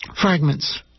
fragments